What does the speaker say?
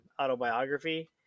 Autobiography